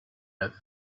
neuf